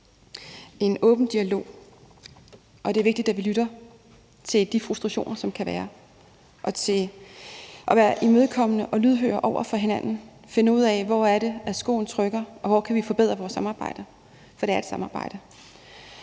en åben dialog, og det er vigtigt, at vi lytter til de frustrationer, som der kan være, og at vi er imødekommende og lydhøre over for hinanden og finder ud af, hvor skoen trykker, og hvor vi kan forbedre vores samarbejde. For det er et samarbejde.